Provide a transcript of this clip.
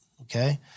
Okay